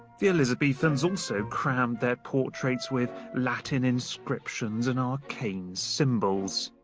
the elizabethans also crammed their portraits with latin inscriptions and arcane symbols.